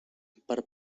per